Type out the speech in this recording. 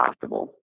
possible